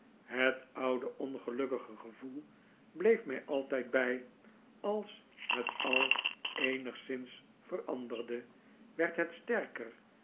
het oude ongelukkige gevoel bleef mij altijd bij als het al eenigszins veranderde werd het sterker